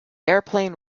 airplane